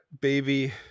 baby